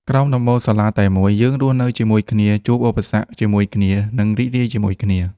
ក្រោមដំបូលសាលាតែមួយ យើងរស់នៅជាមួយគ្នា ជួបឧបសគ្គជាមួយគ្នា និងរីករាយជាមួយគ្នា។